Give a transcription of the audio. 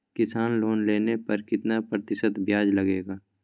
किसान लोन लेने पर कितना प्रतिशत ब्याज लगेगा?